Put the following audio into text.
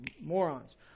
Morons